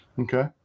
Okay